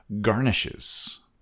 garnishes